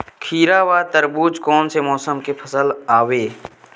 खीरा व तरबुज कोन से मौसम के फसल आवेय?